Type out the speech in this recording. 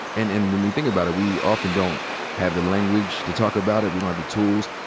and and when we think about it, we often don't have the language to talk about it. we don't have the tools.